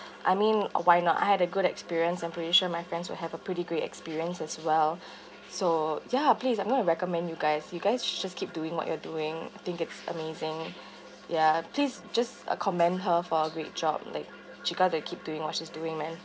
I mean oh why not I had a good experience I'm pretty sure my friends will have a pretty great experience as well so ya please I'm going to recommend you guys you guys just keep doing what you're doing I think it's amazing ya please just uh commend her for a great job like she got to keep doing what she's doing man